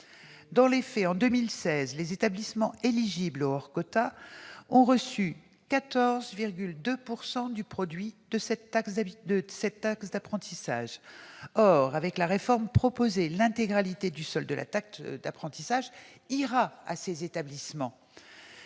Dans les faits, en 2016, les établissements éligibles au « hors quota » ont reçu 14,2 % du produit de la taxe d'apprentissage. Or, avec la réforme proposée, l'intégralité du solde de la taxe d'apprentissage sera attribuée à ces établissements,